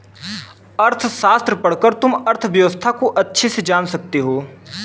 अर्थशास्त्र पढ़कर तुम अर्थव्यवस्था को अच्छे से जान सकते हो